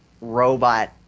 robot